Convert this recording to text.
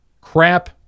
crap